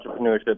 entrepreneurship